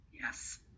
Yes